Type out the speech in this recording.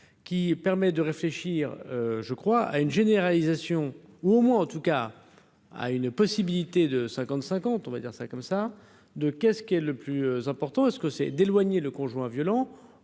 qui permet de réfléchir, je crois à une généralisation ou au moins en tout cas à une possibilité de cinquante cinquante, on va dire ça comme ça, de qu'est-ce qui est le plus important est-ce que c'est d'éloigner le conjoint violent